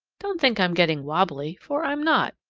don't think i'm getting wobbly, for i'm not.